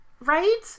Right